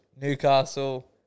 Newcastle